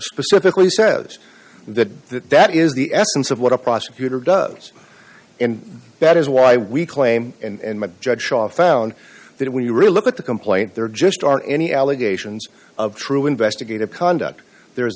specifically says that that is the essence of what a prosecutor does and that is why we claim and what judge shaw found that when you really look at the complaint there just aren't any allegations of true investigative conduct there